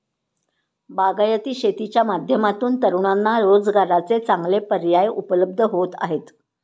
बागायती शेतीच्या माध्यमातून तरुणांना रोजगाराचे चांगले पर्याय उपलब्ध होत आहेत